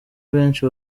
benshi